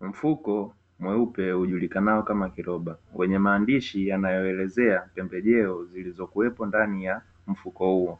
Mfuko mweupe ujulikanao kama kiroba wenye maandishi yanayoelezea pembejeo zilizokuwepo ndani ya mfuko huo,